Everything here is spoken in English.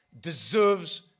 deserves